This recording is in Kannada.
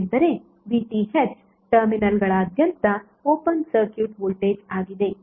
ಏಕೆಂದರೆ VTh ಟರ್ಮಿನಲ್ಗಳಾದ್ಯಂತ ಓಪನ್ ಸರ್ಕ್ಯೂಟ್ ವೋಲ್ಟೇಜ್ ಆಗಿದೆ